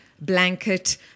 Blanket